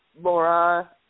Laura